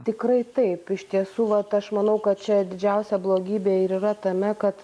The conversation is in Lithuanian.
tikrai taip iš tiesų vat aš manau kad čia didžiausia blogybė ir yra tame kad